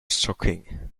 shocking